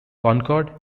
concord